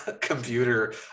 computer